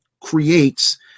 creates